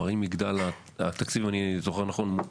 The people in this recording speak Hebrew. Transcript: אם אני זוכר נכון,